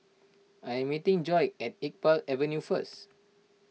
I'm meeting Joi at Iqbal Avenue first